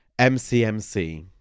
MCMC